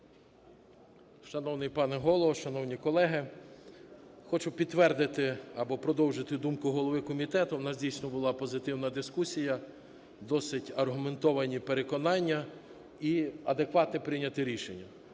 Шановний пане Голово, шановні колеги! Хочу підтвердити або продовжити думку голови комітету, у нас, дійсно, була позитивна дискусія, досить аргументовані переконання і адекватне прийняте рішення.